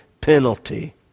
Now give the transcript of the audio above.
penalty